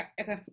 Okay